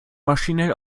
maschinell